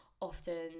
often